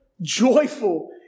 joyful